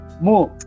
mu